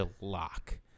lock